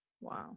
Wow